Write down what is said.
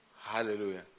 Hallelujah